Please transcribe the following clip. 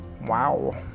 Wow